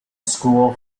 school